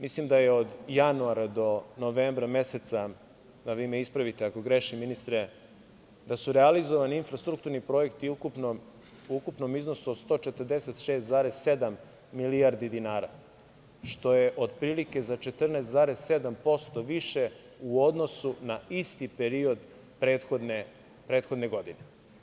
Mislim da su od januara do novembra meseca, a vi me ispravite ako grešim, ministre, realizovani infrastrukturni projekti u ukupnom iznosu od 146,7 milijardi dinara, što je od prilike za 14,7% više u odnosu na isti period prethodne godine.